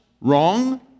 wrong